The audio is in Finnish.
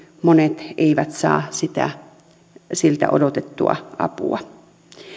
monet eivät saa siltä odotettua apua